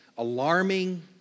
Alarming